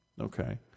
Okay